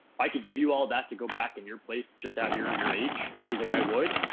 i could give you all that to go back in your place just have your your age. he's like i would,